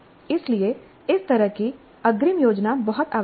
इसलिए इस तरह की अग्रिम योजना बहुत आवश्यक है